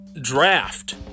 draft